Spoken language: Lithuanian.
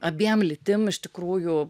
abiem lytim iš tikrųjų